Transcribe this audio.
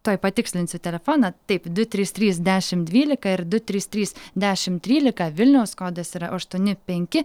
tuoj patikslinsiu telefoną taip du trys trys dešimt dvylika ir du trys trys dešimt trylika vilniaus kodas yra aštuoni penki